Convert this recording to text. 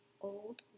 old